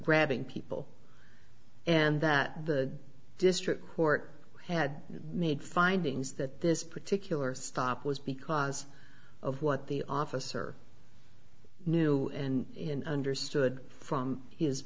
grabbing people and that the district court had made findings that this particular stop was because of what the officer new in understood from h